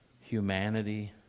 humanity